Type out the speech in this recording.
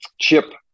chip